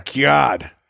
God